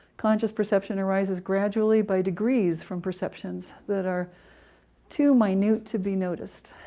conscious perception arises gradually by degrees from perceptions that are to minute to be noticed,